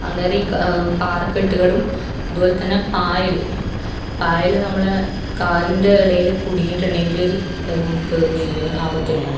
അന്നേരം ഈ പാറക്കെട്ടുകളും അതുപോലെത്തന്നെ പായല് പായല് നമ്മളുടെ കാലിൻ്റെ ഇടയില് കുടുങ്ങിയിട്ടുണ്ടെങ്കില് നമുക്ക് ജീവന് ആപത്ത് തന്നെയാണ്